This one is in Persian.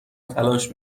تلاش